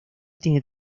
tiene